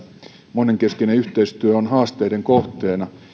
monenkeskinen yhteistyö on haasteiden kohteena